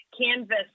canvas